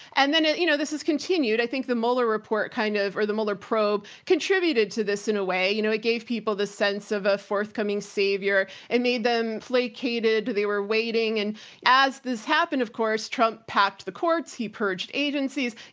and then you know this has continued. i think the mueller report kind of, or the mueller probe, contributed to this in a way, you know, it gave people the sense of a forthcoming savior and made them placated. they were waiting, and as this happened, of course trump packed the courts. he purged agencies.